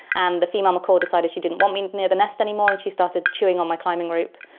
and the female macaw decided she didn't want me near the nest anymore and she started chewing on my climbing rope.